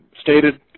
stated